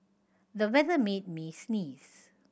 the weather made me sneeze